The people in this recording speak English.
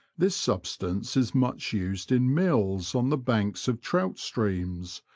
this substance is much used in mills on the banks of trout streams,